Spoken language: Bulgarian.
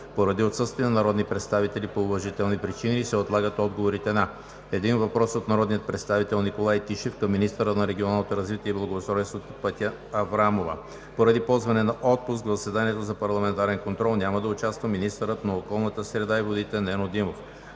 Поради отсъствие на народни представители по уважителни причини, се отлагат отговорите на един въпрос от народния представител Николай Тишев към министъра на регионалното развитие и благоустройството Петя Аврамова. Поради ползване на отпуск в заседанието за парламентарен контрол няма да участва министърът на околната среда и водите Нено Димов.